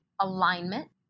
alignment